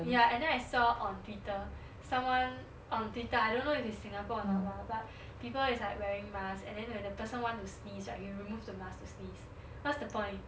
ya and then I saw on twitter someone on twitter I don't know if singapore or not lah but people is like wearing masks and then when the person want to sneeze right he remove the mask to sneeze what's the point